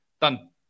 Done